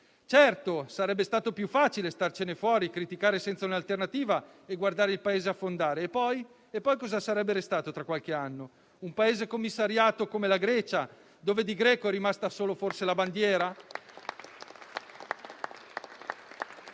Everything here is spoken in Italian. Certo, sarebbe stato più facile starsene fuori, criticare senza un'alternativa e guardare il Paese affondare. E poi cosa sarebbe restato tra qualche anno? Un Paese commissariato, come la Grecia, dove greca è rimasta forse solo la bandiera.